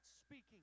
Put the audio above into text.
speaking